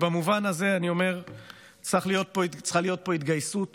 במובן הזה אני אומר צריכה להיות פה התגייסות